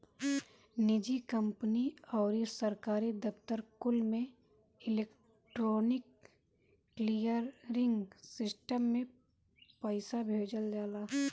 निजी कंपनी अउरी सरकारी दफ्तर कुल में इलेक्ट्रोनिक क्लीयरिंग सिस्टम से पईसा भेजल जाला